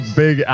big